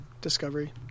discovery